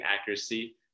accuracy